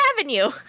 Avenue